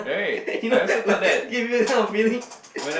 you know like give you this kind of feeling